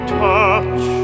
touch